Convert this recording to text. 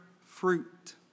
fruit